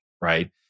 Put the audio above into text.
right